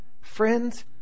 Friends